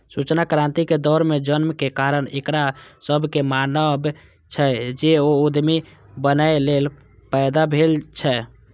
सूचना क्रांतिक दौर मे जन्मक कारण एकरा सभक मानब छै, जे ओ उद्यमी बनैए लेल पैदा भेल छै